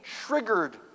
triggered